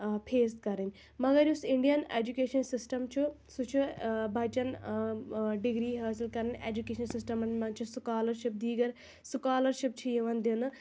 آ فیس کَرٕنۍ مگر یُس اِنٛڈٮ۪ن ایجوٗکیشَن سِسٹَم چھُ سُہ چھُ بَچَن ڈِگری حٲصِل کَرٕنۍ ایجوٗکیشَن سِسٹَمَن منٛز چھُ سُکالَرشِپ دیٖگر سُکالَرشِپ چھِ یِوان دِنہٕ